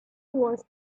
was